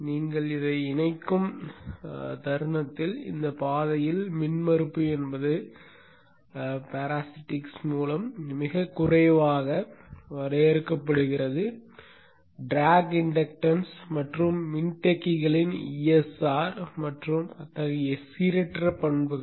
நீங்கள் இதை இணைக்கும் தருணத்தில் இந்தப் பாதையில் மின்மறுப்பு என்பது பராசிட்டிக்ஸ் மூலம் மிகக் குறைவாக வரையறுக்கப்படுகிறது டிராக் இண்டக்டன்ஸ் மற்றும் மின்தேக்கிகளின் ESR மற்றும் அத்தகைய சீரற்ற பண்புகள்